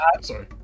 Sorry